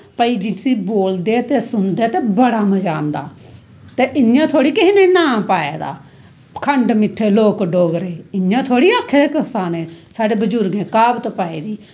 भाई जिस्सी बोलदे ते सुनदे बड़ा मज़ा आंदा ते इयां थोह्ड़ी कुसै नै नांऽ पाए दा खंड मिट्ठे लोग डोगरे इयां थोह्ड़ी आक्खे दा कुसै ने साढ़े बजुर्गें कहावत पाई दी